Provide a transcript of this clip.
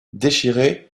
déchiré